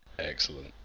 excellent